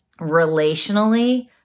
relationally